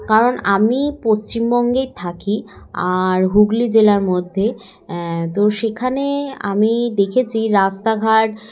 কারণ আমি পশ্চিমবঙ্গেই থাকি আর হুগলি জেলার মধ্যে তো সেখানে আমি দেখেছি রাস্তাঘাট